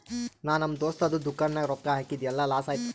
ನಾ ನಮ್ ದೋಸ್ತದು ದುಕಾನ್ ನಾಗ್ ರೊಕ್ಕಾ ಹಾಕಿದ್ ಎಲ್ಲಾ ಲಾಸ್ ಆಯ್ತು